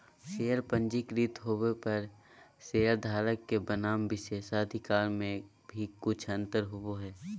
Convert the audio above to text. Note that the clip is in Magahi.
शेयर पंजीकृत होबो पर शेयरधारक के बनाम विशेषाधिकार में भी कुछ अंतर होबो हइ